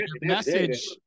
message